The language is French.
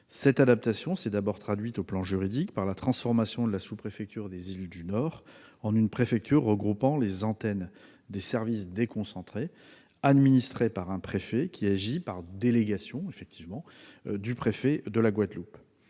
Cette adaptation s'est d'abord traduite sur le plan juridique par la transformation de la sous-préfecture des îles du Nord en une préfecture regroupant les antennes des services déconcentrés, administrée par un préfet agissant par délégation du préfet de la Guadeloupe.